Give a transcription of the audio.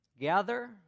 gather